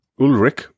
Ulrich